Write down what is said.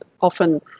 often